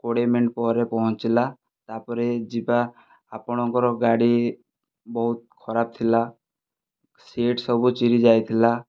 କୋଡ଼ିଏ ମିନିଟ୍ ପରେ ପହଞ୍ଚିଲା ତା'ପରେ ଯିବା ଆପଣଙ୍କର ଗାଡ଼ି ବହୁତ ଖରାପ ଥିଲା ସିଟ ସବୁ ଚିରି ଯାଇଥିଲା